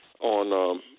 on